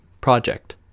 project